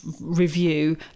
review